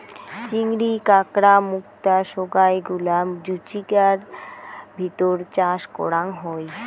চিংড়ি, কাঁকড়া, মুক্তা সোগায় গুলা জুচিকার ভিতর চাষ করাং হই